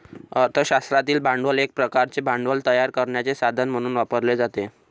अर्थ शास्त्रातील भांडवल एक प्रकारचे भांडवल तयार करण्याचे साधन म्हणून वापरले जाते